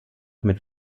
mit